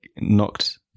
knocked